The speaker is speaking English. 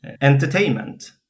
Entertainment